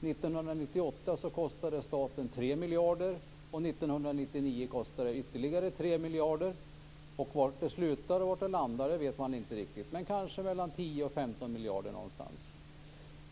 1998 kostade dessa staten 3 miljarder och 1999 kostar de ytterligare 3 miljarder, och vad det landar på vet man inte riktigt, kanske mellan 10-15 miljarder.